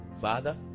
Father